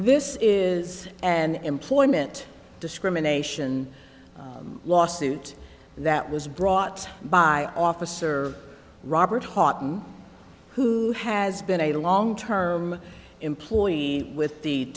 this is an employment discrimination lawsuit that was brought by officer robert houghton who has been a long term employee with the